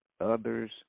others